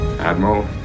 Admiral